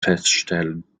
feststellen